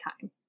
time